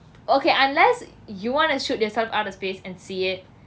okay unless you wanna shoot yourself out of space and see it